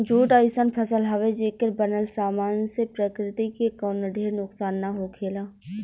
jute अइसन फसल हवे, जेकर बनल सामान से प्रकृति के कवनो ढेर नुकसान ना होखेला